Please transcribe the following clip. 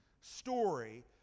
story